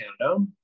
Canada